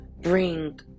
bring